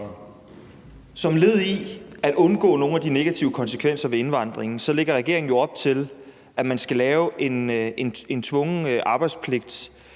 Som led i at undgå nogle af de negative konsekvenser ved indvandringen lægger regeringen jo op til, at man skal lave en tvungen arbejdspligt,